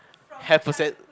have a set